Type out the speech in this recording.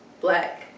black